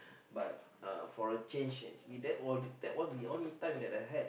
but uh for a change actually that was that was the only time that I had